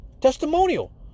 Testimonial